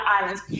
islands